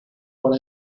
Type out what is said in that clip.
por